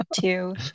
Two